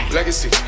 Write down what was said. Legacy